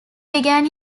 began